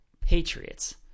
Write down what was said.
Patriots